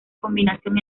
combinación